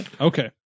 Okay